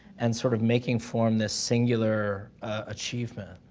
and sort of making form this singular achievement.